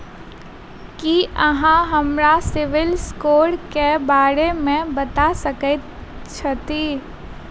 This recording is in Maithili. की अहाँ हमरा सिबिल स्कोर क बारे मे बता सकइत छथि?